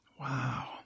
Wow